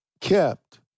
kept